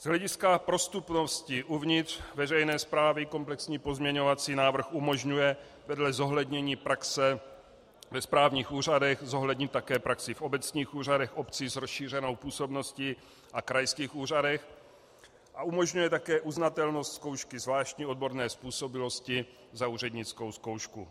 Z hlediska prostupnosti uvnitř veřejné správy komplexní pozměňovací návrh umožňuje vedle zohlednění praxe ve správních úřadech zohlednit také praxi v obecních úřadech obcí s rozšířenou působností a krajských úřadech a umožňuje také uznatelnost zkoušky zvláštní odborné způsobilosti za úřednickou zkoušku.